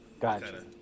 Gotcha